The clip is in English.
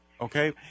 okay